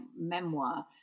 memoir